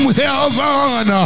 heaven